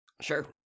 Sure